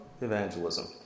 evangelism